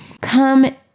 come